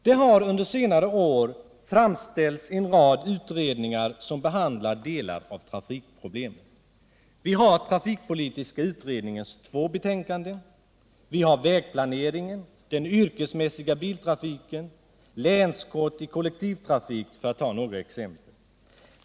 Det har under senare år framlagts en rad utredningsbetänkanden som behandlar delar av trafikproblemen. Vi har trafikpolitiska utredningens två betänkanden. Vi har Vägplaneringen, Den yrkesmässiga biltrafiken och Länskort i kollektivtrafik, för att ta några exempel.